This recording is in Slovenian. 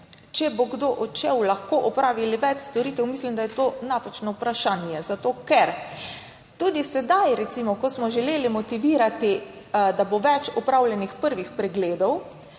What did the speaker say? če bo kdo odšel, lahko opravili več storitev, mislim, da je to napačno vprašanje. Zato ker tudi sedaj, recimo, ko smo želeli motivirati, da bo več opravljenih prvih pregledov,